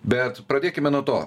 bet pradėkime nuo to